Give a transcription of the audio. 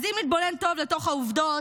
אז אם נתבונן טוב לתוך העובדות,